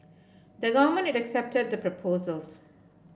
the Government had accepted the proposals